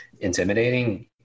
intimidating